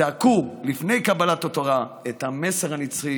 ובפרט משרד הבריאות, משרד ראש הממשלה